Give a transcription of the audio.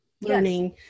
learning